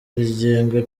rigenga